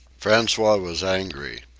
francois was angry.